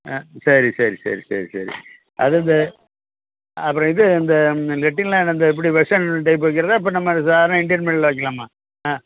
ஆ சரி சரி சரி சரி சரி அதுவும் இந்த அப்புறம் இது இந்த லெட்டின்லாம் என்ன இந்த எப்படி வெஸ்டர்ன் டைப்பு வைக்கிறதா இப்போ நம்ம சாதாரண இந்தியன் முறையில் வைக்கலாமா ஆ